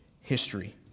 history